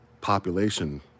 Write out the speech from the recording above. population